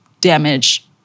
damage